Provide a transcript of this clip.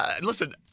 Listen